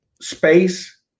Space